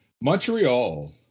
Montreal